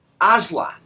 Aslan